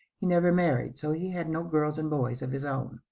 he never married, so he had no girls and boys of his own.